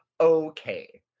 Okay